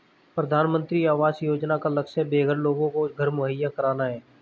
प्रधानमंत्री आवास योजना का लक्ष्य बेघर लोगों को घर मुहैया कराना है